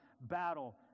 battle